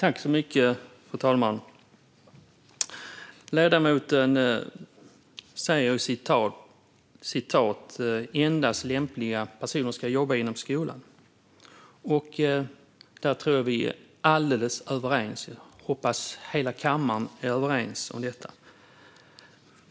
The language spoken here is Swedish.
Fru talman! Ledamoten sa i sitt anförande att endast lämpliga personer ska jobba inom skolan. Där tror jag att vi är helt överens. Jag hoppas att hela kammaren är överens om detta.